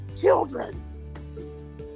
children